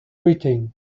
britain